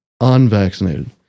unvaccinated